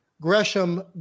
Gresham